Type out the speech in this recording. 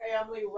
Family